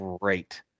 great